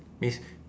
means